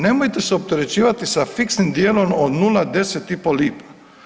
Nemojte se opterećivati sa fiksnim dijelom od nula 10 i po lipa.